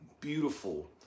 beautiful